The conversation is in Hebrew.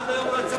עד היום לא יצא,